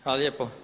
Hvala lijepo.